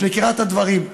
את מכירה את הדברים.